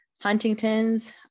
Huntington's